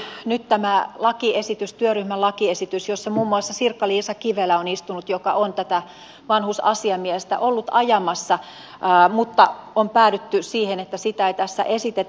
todellakin nyt tässä työryhmässä muun muassa on istunut sirkka liisa kivelä joka on tätä vanhusasiamiestä ollut ajamassa mutta on päädytty siihen että sitä ei tässä esitetä